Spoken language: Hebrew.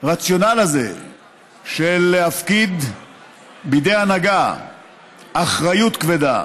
הרציונל הזה של להפקיד בידי ההנהגה אחריות כבדה,